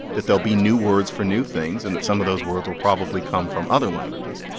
that there'll be new words for new things and that some of those words will probably come from other languages.